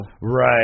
Right